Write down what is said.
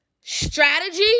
strategy